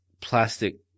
plastic